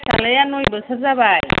फिसाज्लाया नय बोसोर जाबाय